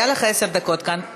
היו לך עשר דקות כאן.